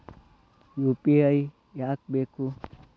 UPI ಯಾಕ್ ಬೇಕು?